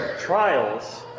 trials